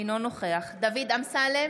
אינו נוכח דוד אמסלם,